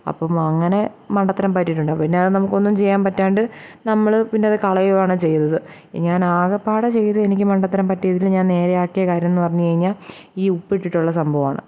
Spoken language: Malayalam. അപ്പം അങ്ങനെ മണ്ടത്തരം പറ്റിയിട്ടുണ്ട് പിന്നെ നമുക്കൊന്നും ചെയ്യാൻ പറ്റാണ്ട് നമ്മൾ പിന്നെ അത് കളയുകയാണ് ചെയ്തത് ഞാൻ ആകപ്പാടെ ചെയ്തേ എനിക്ക് മണ്ടത്തരം പറ്റിയതിൽ ഞാൻ നേരെ ആക്കിയ കാര്യമെന്നു പറഞ്ഞു കഴിഞ്ഞാൽ ഈ ഉപ്പിട്ടിട്ടുള്ള സംഭവമാണ്